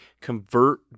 convert